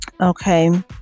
okay